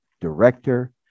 director